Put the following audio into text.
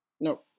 No